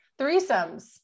threesomes